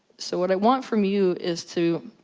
so, what i want from you, is to.